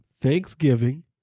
thanksgiving